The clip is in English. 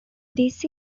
this